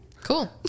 Cool